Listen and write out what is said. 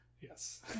Yes